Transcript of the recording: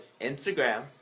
Instagram